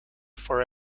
for